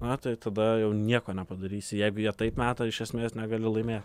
na tai tada jau nieko nepadarysi jeigu jie taip meta iš esmės negali laimėt